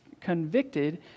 convicted